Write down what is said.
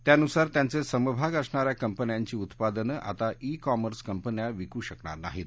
त्यानुसार त्यांचे समभाग असणाऱ्या कंपन्यांची उत्पादनं आता ई कॉमर्स कंपन्या विकू शकणार नाहीत